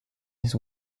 his